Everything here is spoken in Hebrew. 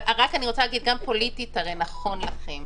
רק אני רוצה להגיד שגם פוליטית הרי נכון לכם.